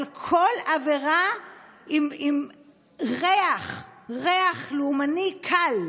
על כל עבירה עם ריח לאומני קל,